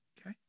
Okay